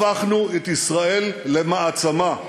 הפכנו את ישראל למעצמה.